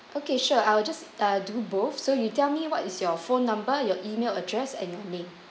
okay sure I will just uh do both so you tell me what is your phone number your email address and your name